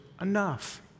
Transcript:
enough